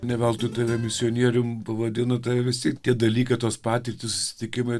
ne veltui tave misionierium pavadino tave visi tie dalykai tos patirtys susitikimai